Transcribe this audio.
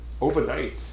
overnight